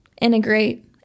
integrate